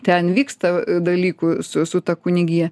ten vyksta dalykų su su ta kunigija